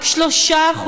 רק 3%,